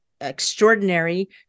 extraordinary